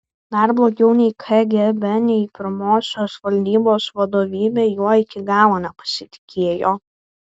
dar blogiau nei kgb nei pirmosios valdybos vadovybė juo iki galo nepasitikėjo